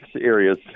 areas